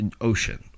ocean